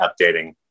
updating